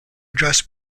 address